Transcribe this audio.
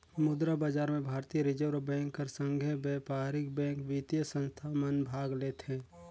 मुद्रा बजार में भारतीय रिजर्व बेंक कर संघे बयपारिक बेंक, बित्तीय संस्था मन भाग लेथें